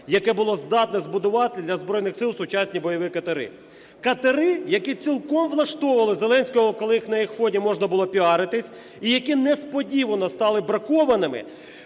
яке було здатне збудувати для Збройних Сил сучасні бойові катери. Катери, які цілком влаштовували Зеленського, коли на їх фоні можна було піаритися, і які несподівано стали бракованими,